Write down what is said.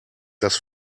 dass